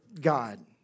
God